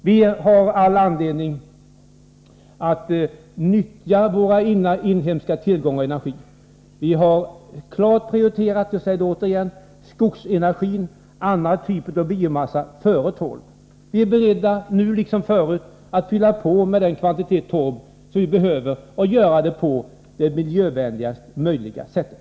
Vi har all anledning att nyttja våra inhemska tillgångar av energi. Vi har klart prioriterat — jag säger det återigen — skog och annan typ av biomassa före torv. Vi är nu liksom förut beredda att fylla på med den kvantitet torv vi behöver och göra det på miljövänligaste möjliga sätt.